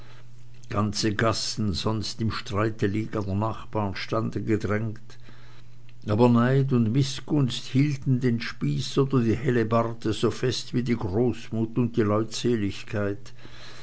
ganze gassen sonst im streite liegender nachbaren standen gedrängt aber neid und mißgunst hielten den spieß oder die hellebarde so fest wie die großmut und die leutseligkeit